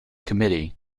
committee